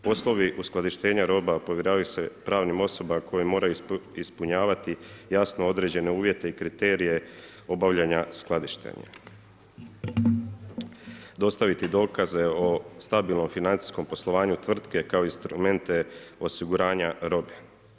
Poslovi uskladištenja roba povjeravaju se pravnim osobama koje moraju ispunjavati jasno određene uvjete i kriterije obavljanja skladištenja, dostaviti dokaze o stabilnom financijskom poslovanju tvrtke kao instrumente osiguranja robe.